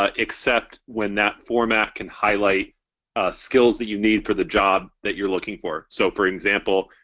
ah except when that format can highlight skills that you need for the job that you're looking for. so for example,